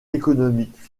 économiques